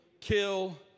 kill